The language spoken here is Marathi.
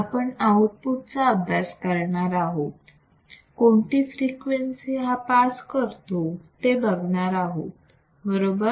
आपण आउटपुट चा अभ्यास करणार आहोत कोणती फ्रिक्वेन्सी हा पास करतो ते बघणार आहोत बरोबर